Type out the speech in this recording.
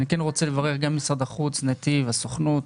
אני כן רוצה לברך גם את משרד החוץ, נתיב, הסוכנות,